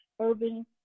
Urban